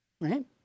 right